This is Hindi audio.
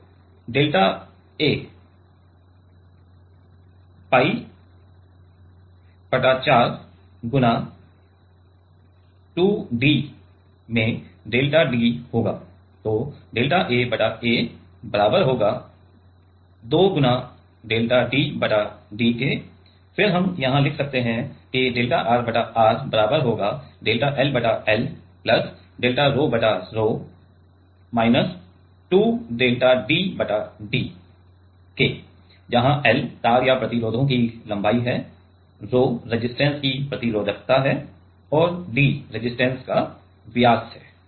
तो डेल्टा A पाई 𝜋 बटा 4 गुणा 2D में डेल्टा D होगा तो डेल्टा A बटा A बराबर होगा 2 गुणा डेल्टा D बटा D के फिर हम यहां लिख सकते हैं कि डेल्टा R बटा R बराबर होगा डेल्टा L बटा L प्लस डेल्टा रोह 𝛒 बटा रोह 𝛒 माइनस 2 डेल्टा D बटा D जहां L तार या प्रतिरोधों की लंबाई है रोह 𝛒 रेसिस्टर की प्रतिरोधकता है और D रेसिस्टर का व्यास है